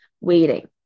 waiting